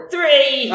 Three